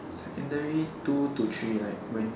secondary two to three like when